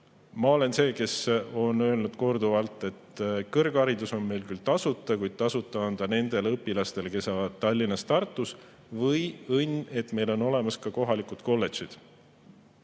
Mina olen see, kes on öelnud korduvalt, et kõrgharidus on meil küll tasuta, kuid tasuta on ta nendele üliõpilastele, kes elavad Tallinnas või Tartus. Või õigemini on õnn, et meil on olemas ka kohalikud kolledžid.